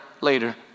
later